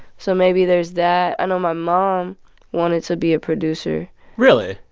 so maybe there's that. i know my mom wanted to be a producer really?